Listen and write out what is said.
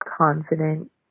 confident